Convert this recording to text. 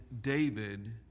David